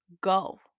go